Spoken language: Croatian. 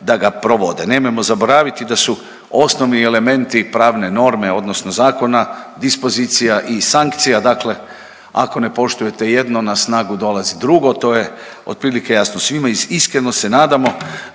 da ga provode. Nemojmo zaboraviti da su osnovni elementi pravne norme, odnosno zakona dispozicija i sankcija. Dakle, ako ne poštujete jedno na snagu dolazi drugo, to je otprilike jasno. Svima i iskreno se nadamo